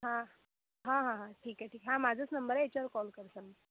हां हां हां हां ठीक आहे ठीक हा माझाच नंबर आहे याच्यावर कॉल करताल